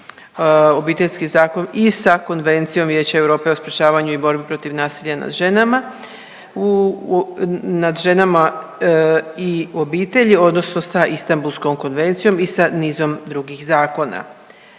Obiteljski zakon i sa Konvencijom Vijeća EU o sprječavanju i borbi protiv nasilja nad ženama u, nad ženama i u obitelji odnosno sa Istambulskom konvencijom i sa nizom drugih zakona.